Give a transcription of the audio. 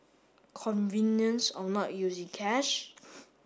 convenience of not using cash